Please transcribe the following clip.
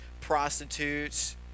prostitutes